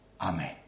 Amen